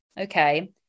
Okay